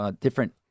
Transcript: different